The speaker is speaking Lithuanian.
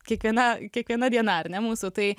kiekviena kiekviena diena ar ne mūsų tai